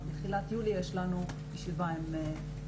בתחילת יולי יש לנו ישיבה עם סגלוביץ'.